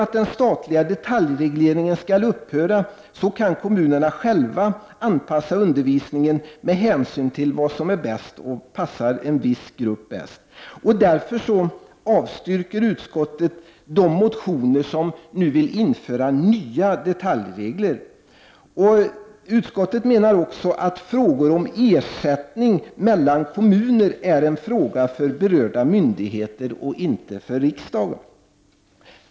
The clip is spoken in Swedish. Eftersom den statliga detaljregleringen skall upphöra kan kommunerna själva anpassa undervisningen med hänsyn till vad som bäst passar en viss grupp. Därför avstyrker utskottet de motioner som innehåller förslag om att införa nya detaljregler. Frågor om ersättning mellan kommunen är en fråga för berörda myndigheter och inte för riksdagen.